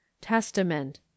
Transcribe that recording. Testament